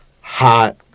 hot